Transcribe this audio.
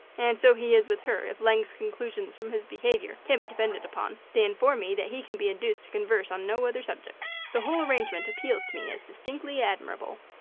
and so he is with her, if lang's conclusions from his behaviour can be depended upon. they inform me that he can be induced to converse on no other subject. the whole arrangement appeals to me as distinctly admirable.